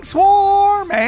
Swarm